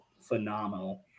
phenomenal